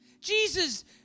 Jesus